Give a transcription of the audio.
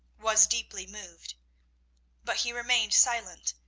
was deeply moved but he remained silent,